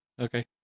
Okay